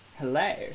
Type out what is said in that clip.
Hello